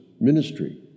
ministry